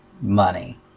money